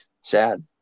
Sad